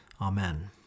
Amen